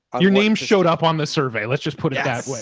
your name showed up on the survey. let's just put it that